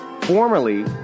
formerly